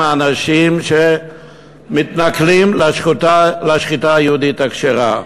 האנשים שמתנכלים לשחיטה היהודית הכשרה.